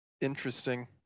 interesting